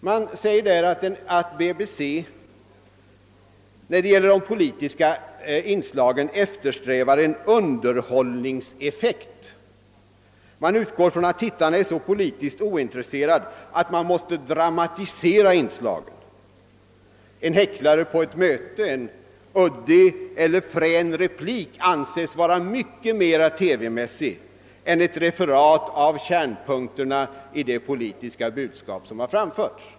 De två regeringsledamöterna säger att BBC i vad gäller de politiska inslagen eftersträvar en underhållningseffekt, utgår från att tittarna är så politiskt ointresserade att inslagen måste dramatiseras. En häcklare på ett möte, en uddig eller frän replik är mera TV-mässig än ett referat av kärnpunkterna i det politiska budskap som framförts.